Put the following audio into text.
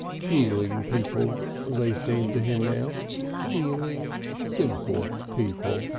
healing people they seemed to him now healing, simple people.